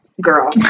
girl